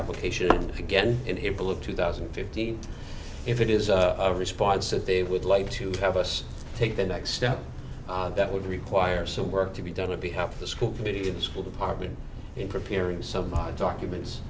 application again in april of two thousand and fifteen if it is a response that they would like to have us take the next step that would require some work to be done to be have the school committee to the school department in preparing somebody documents